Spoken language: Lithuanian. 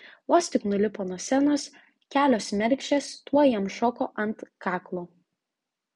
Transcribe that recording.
vos tik nulipo nuo scenos kelios mergšės tuoj jam šoko ant kaklo